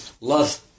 love